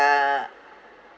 uh